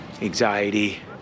anxiety